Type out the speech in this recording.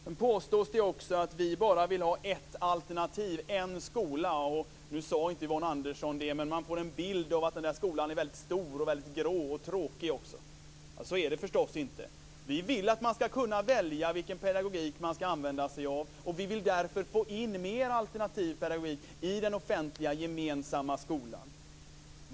Det påstås också att vi bara vill ha ett alternativ, en skola. Yvonne Andersson sade inte det, men jag får en bild av att den skolan är väldigt stor, grå och tråkig. Så är det förstås inte. Vi vill att man skall kunna välja vilken pedagogik man skall använda sig av, och vi vill därför få in mer alternativ pedagogik i den offentliga, gemensamma skolan.